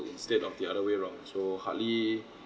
instead of the other way round so hardly